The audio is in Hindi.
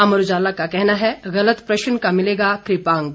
अमर उजाला का कहना है गलत प्रश्न का मिलेगा कृपांक